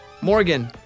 Morgan